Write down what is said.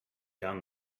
down